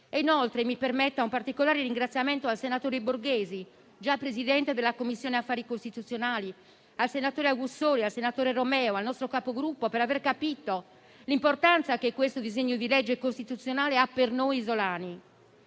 Inoltre, mi permetta un particolare ringraziamento ai senatori Borghesi, già presidente della Commissione affari costituzionali, Augussori e Romeo, nonché al nostro Capogruppo per aver capito l'importanza che questo disegno di legge costituzionale ha per noi isolani.